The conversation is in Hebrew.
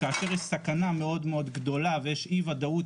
כאשר יש סכנה מאוד מאוד גדולה ויש אי ודאות